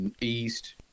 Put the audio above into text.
east